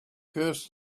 curse